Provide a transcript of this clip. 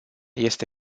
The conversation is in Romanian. este